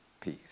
peace